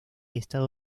estado